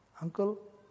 Uncle